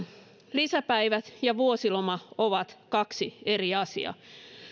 lisäpäivät ja vuosiloma ovat kaksi eri asiaa